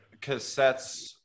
cassettes